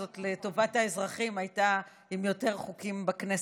לטובת האזרחים הייתה עם יותר חוקים בכנסת.